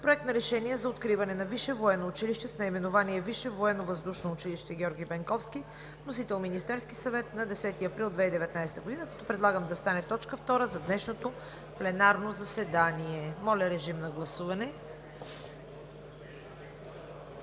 Проект на решение за откриване на висше военно училище с наименование „Висше военновъздушно училище „Георги Бенковски“, вносител: Министерският съвет на 10 април 2019 г., която да стане точка втора за днешното пленарно заседание. Моля, режим на гласуване.